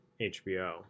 HBO